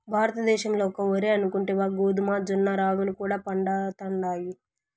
భారతద్దేశంల ఒక్క ఒరే అనుకుంటివా గోధుమ, జొన్న, రాగులు కూడా పండతండాయి